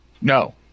no